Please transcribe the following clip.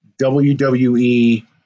WWE